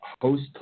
host